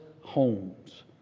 homes